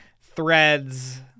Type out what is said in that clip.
Threads